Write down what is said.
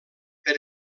per